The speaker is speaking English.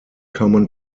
common